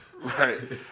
Right